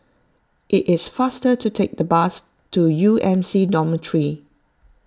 it is faster to take the bus to U M C Dormitory